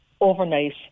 overnight